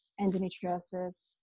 endometriosis